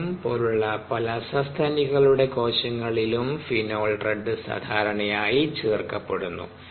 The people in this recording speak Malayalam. എം പോലുള്ള പല സസ്തനികളുടെ കോശങ്ങളിലും ഫീനോൾ റെഡ് സാധാരണയായി ചേർക്കപ്പെടുന്നു